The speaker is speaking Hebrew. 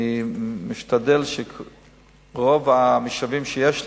אני משתדל שרוב המשאבים שיש לי,